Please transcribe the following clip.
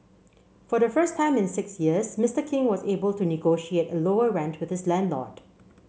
for the first time in six years Mister King was able to negotiate a lower rent with his landlord